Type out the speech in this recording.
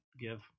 give